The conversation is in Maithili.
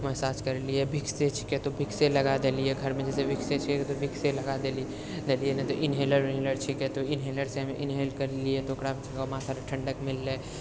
मसाज करलियै भिक्स छिकै तऽ भिक्स लगाए देलियै घरमे जैसे भिक्से छै तऽ भिक्से लगाए देलियै इनहेलर छिकै तऽ इनहेलर से इनहेल करलियै तऽ ओकरा माथा के ठंडक मिललै